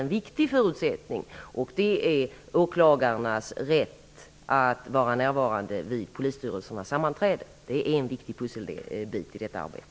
En viktig förutsättning är att åklagarna har rätt att vara närvarande vid polisstyrelsernas sammanträden. Det är en viktig pusselbit i detta arbete.